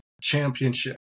championship